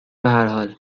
بحرحال